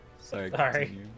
Sorry